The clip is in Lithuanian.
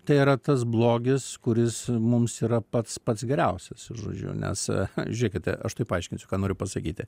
tai yra tas blogis kuris mums yra pats pats geriausias žodžiu nes žėkite aš taip paaiškinsiu ką noriu pasakyti